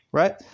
right